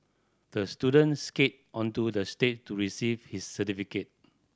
the student skated onto the stage to receive his certificate